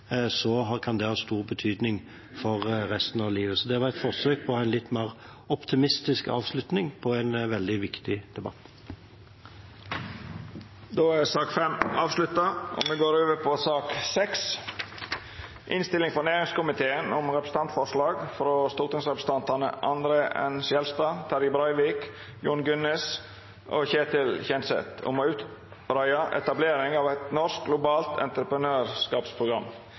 kan det ha stor betydning for resten av livet. – Det var et forsøk på å ha en litt mer optimistisk avslutning på en veldig viktig debatt. Debatten i sak nr. 5 er då avslutta.